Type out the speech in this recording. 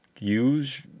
use